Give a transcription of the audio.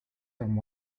from